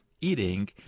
eating